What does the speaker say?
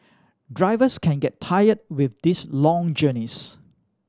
drivers can get tired with these long journeys